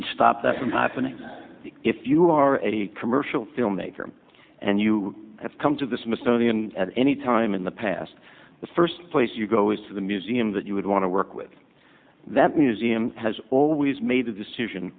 could stop that from happening if you are a commercial filmmaker and you have come to the smithsonian at any time in the past the first place you go is to the museum that you would want to work with that museum has always made a decision